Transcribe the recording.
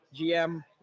GM